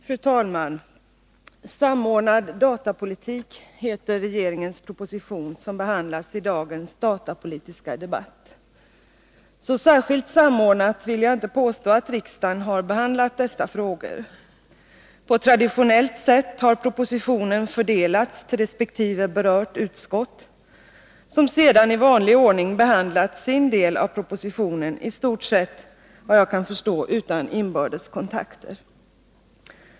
Fru talman! Samordnad datapolitik är namnet på den proposition som behandlas i dagens datapolitiska debatt. Jag vill inte påstå att riksdagen har behandlat dessa frågor så särskilt samordnat. På traditionellt sätt har propositionen fördelats på de berörda utskotten som sedan i vanlig ordning behandlat sin del av propositionen — såvitt jag förstår, i stort sett utan inbördes kontakter.